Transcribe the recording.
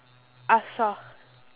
ask ah